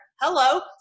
Hello